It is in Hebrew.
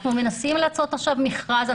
אנחנו מנסים לעשות עכשיו מכרז.